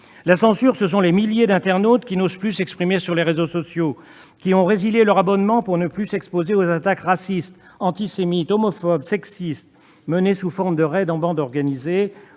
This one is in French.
La censure, ce sont les milliers d'internautes qui n'osent plus s'exprimer sur les réseaux sociaux, qui ont résilié leur abonnement pour ne plus s'exposer aux attaques racistes, antisémites, homophobes, sexistes, menées sous forme de raids en bande organisée